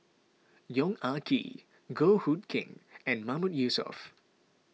Yong Ah Kee Goh Hood Keng and Mahmood Yusof